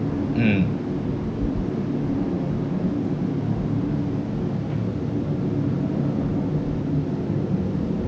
mm